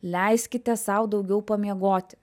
leiskite sau daugiau pamiegoti